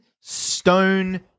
stone